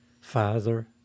Father